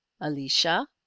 Alicia